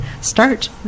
start